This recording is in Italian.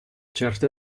certe